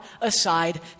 aside